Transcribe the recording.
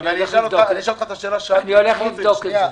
אני הולך לבדוק את זה.